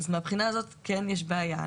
מן הבחינה הזאת כן יש בעיה.